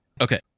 Okay